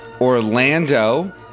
Orlando